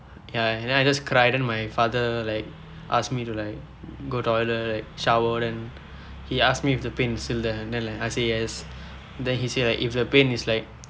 ya ya and then I just cried then my father like ask me to like go toilet shower then he asked me if the pain is still there then I say yes then he say like if the pain is like